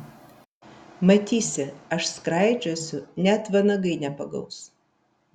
matysi aš skraidžiosiu net vanagai nepagaus